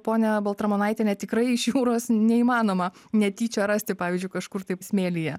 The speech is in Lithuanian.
ponia baltramonaitiene tikrai iš jūros neįmanoma netyčia rasti pavyzdžiui kažkur taip smėlyje